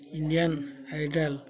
Indian idol